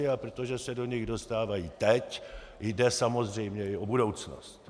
A protože se do nich dostávají teď, jde samozřejmě i o budoucnost.